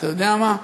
אתה יודע מה?